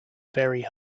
very